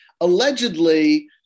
allegedly